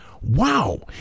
wow